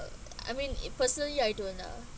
uh I mean if personally I don't nah